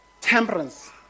temperance